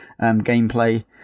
gameplay